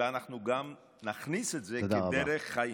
אלא אנחנו גם נכניס את זה כדרך חיים.